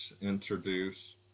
introduce